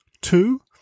two